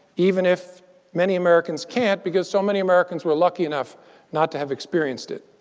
even if many americans can't because so many americans were lucky enough not to have experienced it.